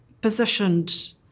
positioned